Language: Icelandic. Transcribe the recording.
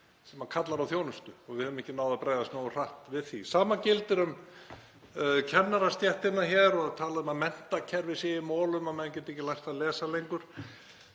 sem kallar á þjónustu og við höfum ekki náð að bregðast nógu hratt við því. Sama gildir um kennarastéttina. Talað er um að menntakerfið sé í molum og menn geti ekki lært að lesa lengur.